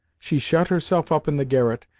she shut herself up in the garret,